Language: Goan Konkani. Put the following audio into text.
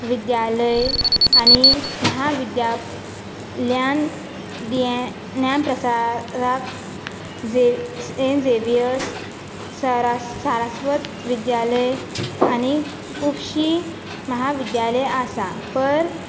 विद्यालय आनी महाविद्याल्यान ध्यान ज्ञानाप्रसाराक झे सेंट झेवियर्स सारास सारस्वत विद्यालय आनी खूबशीं महाविद्यालयां आसा पर